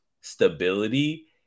stability